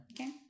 Okay